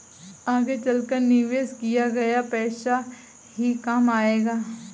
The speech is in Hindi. आगे चलकर निवेश किया गया पैसा ही काम आएगा